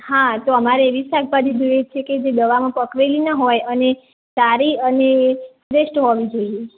હા તો અમારે એવી શાકભાજી જોઈએ છે કે દવામાં પકવેલી ન હોય અને સારી અને શ્રેષ્ઠ હોવી જોઈએ